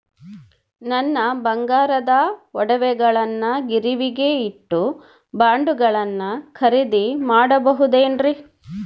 ನನ್ನ ಬಂಗಾರದ ಒಡವೆಗಳನ್ನ ಗಿರಿವಿಗೆ ಇಟ್ಟು ಬಾಂಡುಗಳನ್ನ ಖರೇದಿ ಮಾಡಬಹುದೇನ್ರಿ?